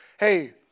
Hey